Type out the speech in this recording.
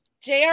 JR